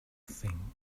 thing